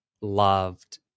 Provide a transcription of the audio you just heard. loved